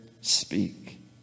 Speak